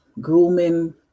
grooming